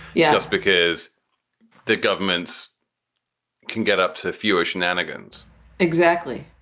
yes. because the governments can get up to fewer shenanigans exactly.